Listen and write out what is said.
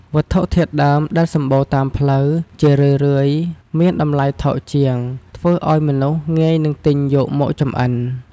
វត្ថុធាតុដើមដែលសម្បូរតាមរដូវ ជារឿយៗមានតម្លៃថោកជាង ធ្វើឱ្យមនុស្សងាយនឹងទិញយកមកចម្អិន។